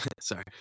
sorry